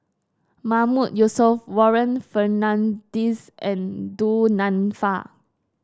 Mahmood Yusof Warren Fernandez and Du Nanfa